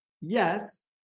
yes